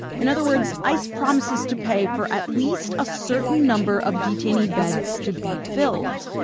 in other words, ice promises to pay for at least a certain number of detainee beds to be filled.